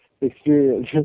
experience